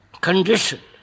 conditioned